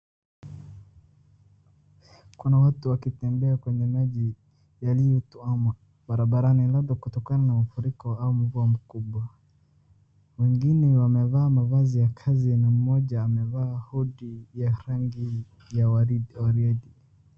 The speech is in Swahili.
Kuna watu wakitembea kwenye maji yaliyotwama barabarani, labda kutokana na mfuriko au mvua mkubwa. Wengine wamevaa mavazi ya kazi na mmoja amevaa hood ya rangi ya warin, warindi.